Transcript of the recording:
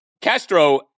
Castro